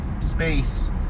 space